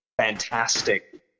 fantastic